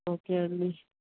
okay అండి